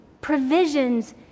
provisions